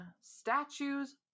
statues